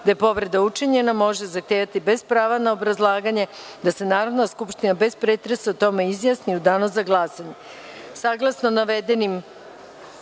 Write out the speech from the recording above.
da je povreda učinjena, može zahtevati, bez prava na obrazlaganje, da se Narodna skupština, bez pretresa, o tome izjasni u Danu za